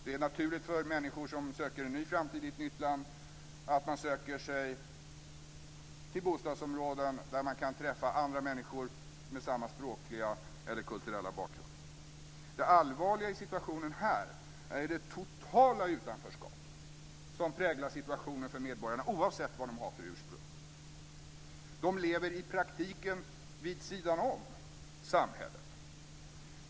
Det är naturligt för människor som söker en ny framtid i ett nytt land att söka sig till bostadsområden där man kan träffa andra människor med samma språkliga eller kulturella bakgrund. Det allvarliga i situationen här är det totala utanförskap som präglar situationen för medborgarna oavsett vilket ursprung de har. De lever i praktiken vid sidan om samhället.